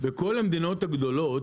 בגדול, בכל המדינות הגדולות,